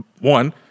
one